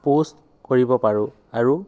post কৰিব পাৰোঁ আৰু